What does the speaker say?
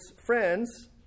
friends